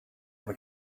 were